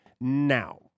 now